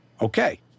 okay